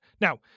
Now